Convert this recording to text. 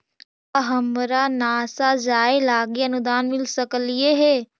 का हमरा नासा जाये लागी अनुदान मिल सकलई हे?